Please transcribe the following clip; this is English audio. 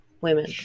women